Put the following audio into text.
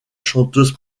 chanteuse